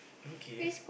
okay